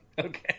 okay